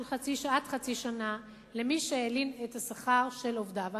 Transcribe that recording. עד חצי שנה למי שהלין את השכר של עובדיו.